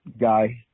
guy